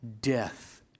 death